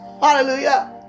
hallelujah